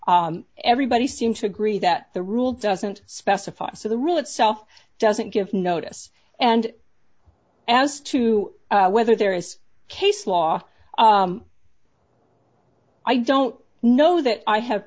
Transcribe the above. everybody seem to agree that the rule doesn't specify so the rule itself doesn't give notice and as to whether there is case law i don't know that i have